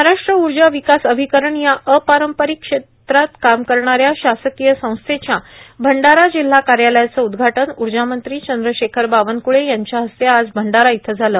महाराष्ट्र ऊर्जा विकास अभिकरण या अपारंपरिक ऊर्जाक्षेत्रात काम करणाऱ्या शासकीय संस्थेच्या भंडारा जिल्हा कार्यालयाचं उदघाटन ऊर्जामंत्री चंद्रशेखर बावनक्ळे यांच्या हस्ते आज भंडारा इथं झालं